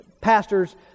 pastors